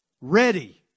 ready